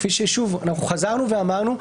כפי שחזרנו ואמרנו,